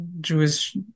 Jewish